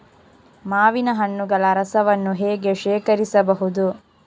ಮಾವಿನ ಹಣ್ಣುಗಳ ರಸವನ್ನು ಹೇಗೆ ಶೇಖರಿಸಬಹುದು?